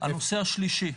הנושא השלישי,